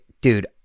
Dude